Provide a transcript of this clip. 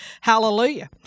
Hallelujah